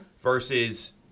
versus